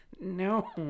No